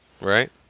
Right